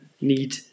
need